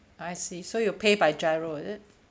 I see so you pay by GIRO is it